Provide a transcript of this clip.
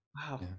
Wow